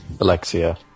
Alexia